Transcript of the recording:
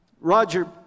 Roger